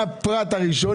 מהפרט הראשון,